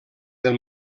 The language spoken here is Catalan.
del